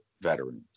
veterans